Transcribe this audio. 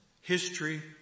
history